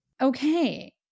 Okay